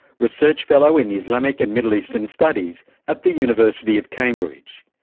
research fellow in islamic and middle eastern studies at the university of cambridge.